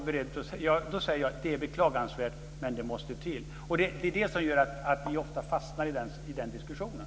Då säger jag att det är beklagansvärt men att det måste till. Det är ofta det som gör att vi fastnar i den diskussionen.